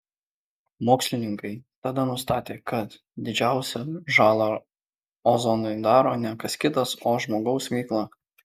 mokslininkai tada nustatė kad didžiausią žalą ozonui daro ne kas kitas o žmogaus veikla